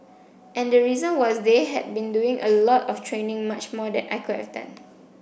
and the reason was they had been doing a lot of training much more than I could have done